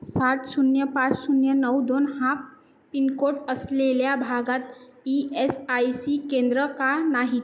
सात शून्य पाच शून्य नऊ दोन हा पिनकोड असलेल्या भागात ई एस आय सी केंद्रं का नाहीत